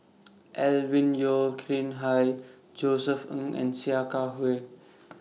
Alvin Yeo Khirn Hai Josef Ng and Sia Kah Hui